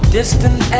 Distant